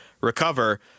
recover